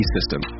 System